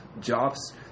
jobs